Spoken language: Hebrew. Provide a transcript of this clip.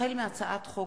החל בהצעת חוק